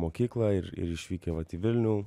mokyklą ir ir išvykę vat į vilnių